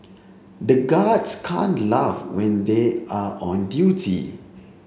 the guards can't laugh when they are on duty